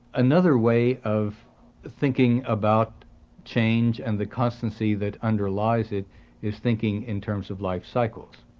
another way of thinking about change and the constancy that underlies it is thinking in terms of life cycles.